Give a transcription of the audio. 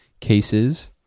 cases